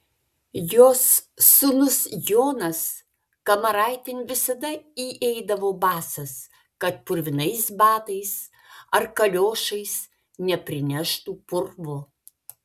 jos sūnus jonas kamaraitėn visada įeidavo basas kad purvinais batais ar kaliošais neprineštų purvo